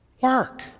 Work